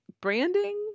branding